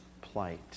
plight